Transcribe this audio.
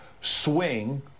swing